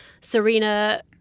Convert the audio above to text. Serena